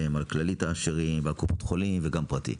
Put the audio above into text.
על כללית ועל קופת חולים וגם פרטי.